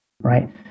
right